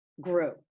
grew